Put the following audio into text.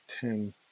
ten